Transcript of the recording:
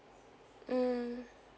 mm